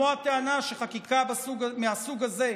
כמו הטענה שחקיקה מהסוג הזה,